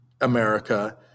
America